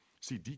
See